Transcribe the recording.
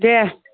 दे